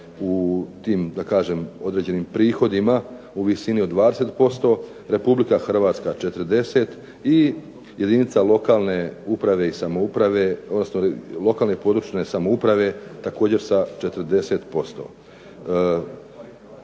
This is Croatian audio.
u tim da kažem određenim prihodima u visini od 20%, Republika Hrvatska 40 i jedinica lokalne uprave i samouprave, odnosno lokalne i područne samouprave također sa 40%.